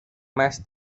más